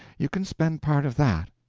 you can spend part of that.